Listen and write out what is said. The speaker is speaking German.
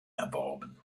erworben